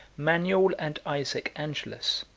manuel and isaac angelus,